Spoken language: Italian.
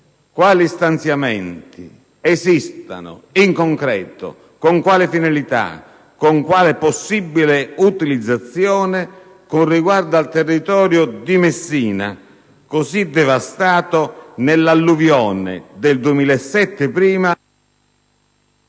quali stanziamenti esistano in concreto, con quale finalità e con quale possibile utilizzazione, riguardo al territorio di Messina così devastato dalle alluvioni del 2007 e